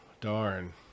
darn